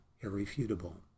Irrefutable